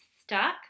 stuck